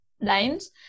lines